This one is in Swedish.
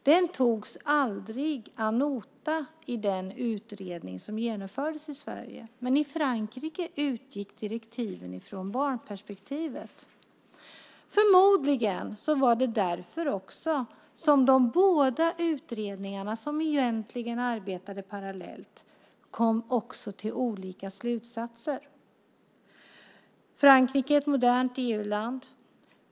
Den togs aldrig ad notam i den utredning som genomfördes i Sverige. I Frankrike utgick direktiven från barnperspektivet. Förmodligen var det också därför de båda utredningarna, som egentligen arbetade parallellt, drog olika slutsatser. Frankrike är ett modernt EU-land.